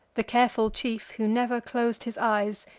the careful chief, who never clos'd his eyes,